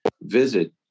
visit